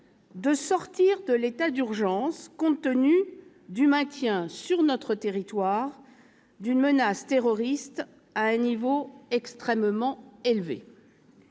de sortir de l'état d'urgence compte tenu du maintien, sur notre territoire, d'une menace terroriste à un niveau extrêmement élevé.